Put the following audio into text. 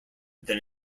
than